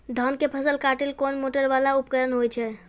धान के फसल काटैले कोन मोटरवाला उपकरण होय छै?